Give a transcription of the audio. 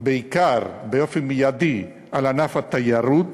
באופן מיידי בעיקר בענף התיירות